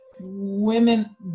women